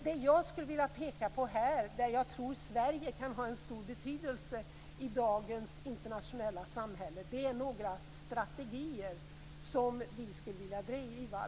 Det jag skulle vilja peka på här, där jag tror att Sverige kan ha en stor betydelse i dagens internationella samhälle, är några strategier som vi skulle kunna driva.